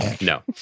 no